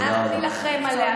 אנחנו נילחם עליה.